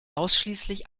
ausschließlich